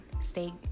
Stay